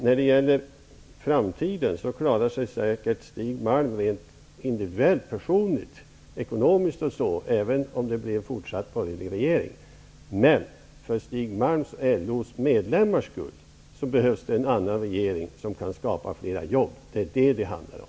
När det gäller framtiden klarar sig säkert Stig Malm personligen ekonomiskt även om det blir en fortsatt borgerlig regering. Men för Stig Malms LO medlemmars skull behövs det en annan regering som kan skapa flera jobb. Det är vad det handlar om.